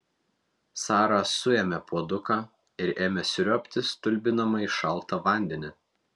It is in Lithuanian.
sara suėmė puoduką ir ėmė sriuobti stulbinamai šaltą vandenį